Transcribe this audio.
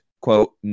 quote